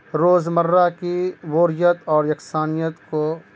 روزمرہ کی بوریت اور یکسانیت کو